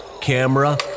Camera